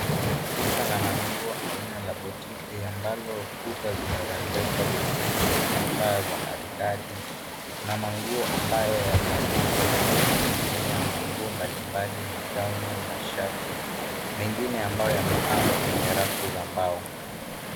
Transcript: Duka la manguo aina la botiki ambalo kuta zimerembeshwa vizuri. Kuna taa ambazo za maridadi. Kuna manguo ambayo yameanikwa huku yakining'inia. Manguo mbalimbali, magaoni, mashati. Mengine ambayo yamepangwa kwenye rafu za mbao.